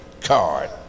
card